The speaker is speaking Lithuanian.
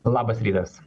labas rytas